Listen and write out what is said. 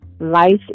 life